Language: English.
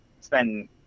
spend